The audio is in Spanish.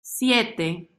siete